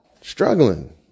struggling